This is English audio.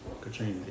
Katrina